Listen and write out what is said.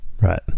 Right